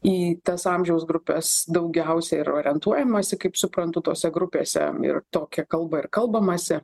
į tas amžiaus grupes daugiausiai ir orientuojamasi kaip suprantu tose grupėse ir tokia kalba ir kalbamasi